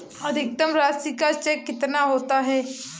अधिकतम राशि का चेक कितना होता है?